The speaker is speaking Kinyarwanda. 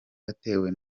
yatewe